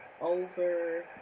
over